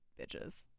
bitches